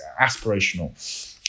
aspirational